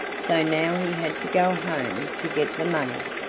so now he had to go home to get the money,